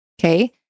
Okay